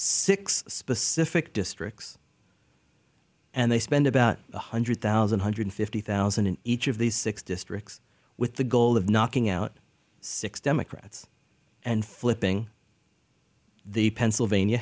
six specific districts and they spend about one hundred thousand one hundred fifty thousand in each of these six districts with the goal of knocking out six democrats and flipping the pennsylvania